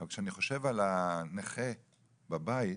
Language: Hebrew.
אבל כשאני חושב על הנכה, בבית,